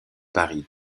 paris